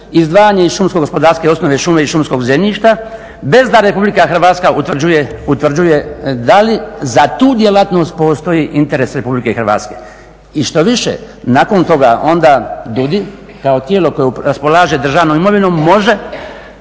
izdvajanja iz šumskog gospodarstva, i osnove šume i šumskog zemljišta bez da Republika Hrvatska utvrđuje da li za tu djelatnost postoji interes Republike Hrvatske. I štoviše nakon toga onda …/Govornik se ne razumije./… kao tijelo koje raspolaže državnom imovinom može